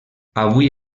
avui